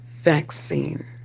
vaccine